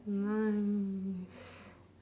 nice